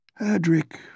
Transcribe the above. Adric